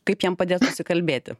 kaip jiem padėt susikalbėti